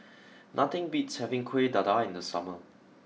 nothing beats having Kueh Dadar in the summer